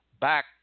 Back